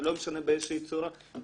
זה לא משנה באיזו צורה,